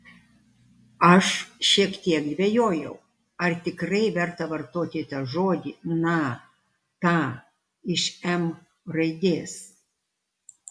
aš šiek tiek dvejojau ar tikrai verta vartoti tą žodį na tą iš m raidės